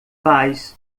paz